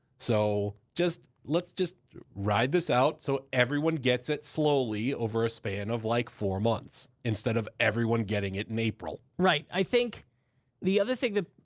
so just, let's just ride this out so everyone gets it slowly over span of like four months instead of everyone getting it in april. right, i think the other thing that,